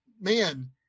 man